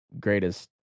greatest